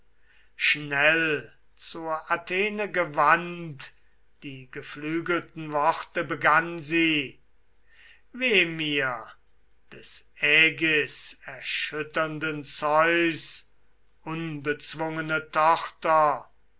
schnell zur athene gewandt die geflügelten worte begann sie weh mir des ägiserschütternden zeus unbezwungene tochter